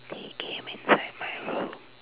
they came inside my room